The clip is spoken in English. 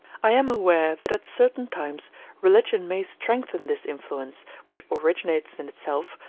i am aware that at certain times religion may strengthen this influence, which originates in itself,